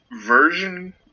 version